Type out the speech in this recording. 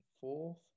fourth